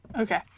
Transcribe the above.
Okay